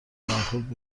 برخورد